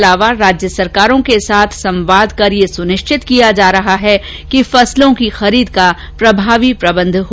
साथ ही राज्य सरकारों के साथ संवाद कर यह सुनिष्चित किया जा रहा है कि फसलों की खरीद का प्रभावी प्रबंध हो